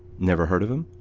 never heard of him?